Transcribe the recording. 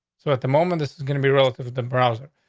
so at the moment, this is gonna be relative of the browser.